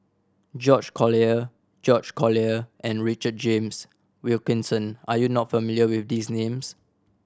George Collyer George Collyer and Richard James Wilkinson are you not familiar with these names